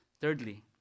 Thirdly